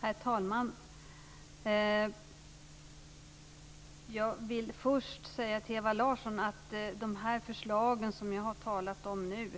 Herr talman! Jag vill först säga till Ewa Larsson att de förslag jag talat om nu